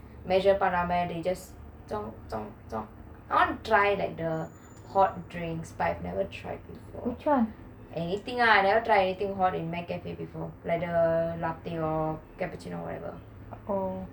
measure பண்ணாம:pannama they just some some some aren't try like the hot drinks but I've never tried before anything ah I never try anything in the mac cafe before like the latte lor cappuccino whatever